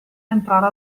entrare